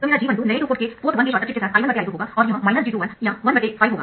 तो मेरा g12 नए 2 पोर्ट के पोर्ट 1 शॉर्ट सर्किट के साथ I1I2 होगा और यह g21 या 15 होगा